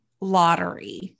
lottery